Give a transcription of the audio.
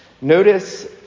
Notice